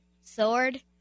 sword